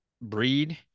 Breed